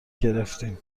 گرفتیم